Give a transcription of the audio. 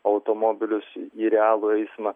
automobilius į realų eismą